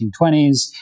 1920s